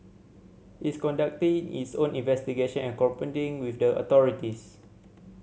it's conducting its own investigation and cooperating with the authorities